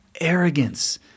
arrogance